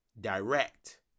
direct